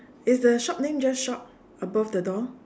is the shop name just shop above the door